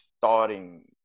starting